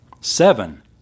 Seven